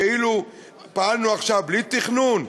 כאילו פעלנו עכשיו בלי תכנון,